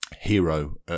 hero